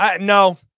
No